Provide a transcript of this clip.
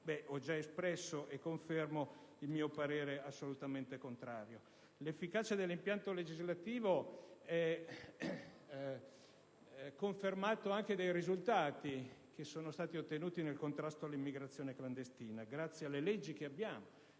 ho già espresso e confermo il mio parere assolutamente contrario. L'efficacia dell'impianto legislativo è confermata anche dai risultati che sono stati ottenuti nel contrasto all'immigrazione clandestina, grazie alle leggi vigenti